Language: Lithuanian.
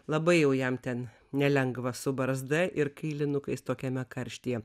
labai jau jam ten nelengva su barzda ir kailinukais tokiame karštyje